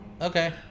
Okay